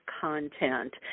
content